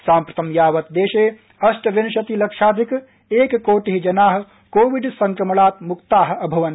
साम्प्रां यावप् देशे अष्टाविंशपि लक्षाधिक एककोटि जना कोविड संक्रमणाप मुक्रा अभवन्